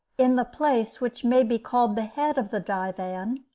in the place which may be called the head of the divan,